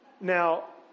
now